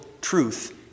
truth